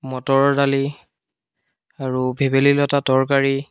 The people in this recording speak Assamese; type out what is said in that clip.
মটৰৰ দালি আৰু ভেবেলিলতা তৰকাৰী